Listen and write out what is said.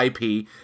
IP